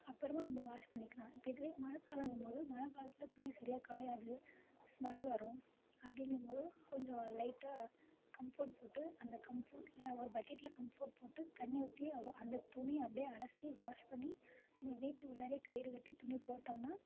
அப்புறமா நம்ம வாஷ் பண்ணிக்கலாம் இப்போ இதுவே மழைக் காலங்கும்போது மழைக்காலத்துல துணி சரியாக காயாது ஸ்மெல் வரும் அப்படீங்கம்போது கொஞ்சம் லைட்டாக கம்போர்ட் போட்டு அந்த கம்போர்ட்டில் ஒரு பக்கெட்டில் கம்போர்ட் போட்டுத் தண்ணி ஊற்றி அந்தத் துணியை அப்படியே அலசி வாஷ் பண்ணி வீட்டுள்ளார கயிறுக் கட்டி துணி போட்டோம்னா